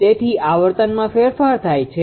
તેથી આવર્તનમાં ફેરફાર થાય છે